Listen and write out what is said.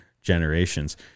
generations